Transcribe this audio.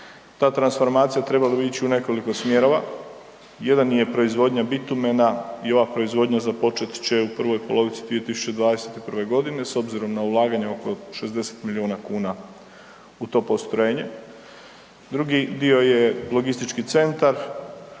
Ta transformacija trebala bi ić u nekoliko smjerova. Jedan je proizvodnja bitumena i ova proizvodnja započet će u prvoj polovici 2021.g. s obzirom na ulaganja oko 60 milijuna kuna u to postrojenje. Drugi dio je logistički centar,